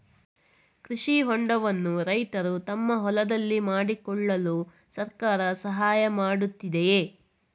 ಕೃಷಿ ಹೊಂಡವನ್ನು ರೈತರು ತಮ್ಮ ಹೊಲದಲ್ಲಿ ಮಾಡಿಕೊಳ್ಳಲು ಸರ್ಕಾರ ಸಹಾಯ ಮಾಡುತ್ತಿದೆಯೇ?